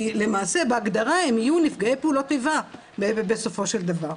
כי למעשה בהגדרה הם יהיו נפגעי פעולות איבה בסופו של דבר,